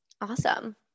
Awesome